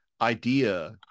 idea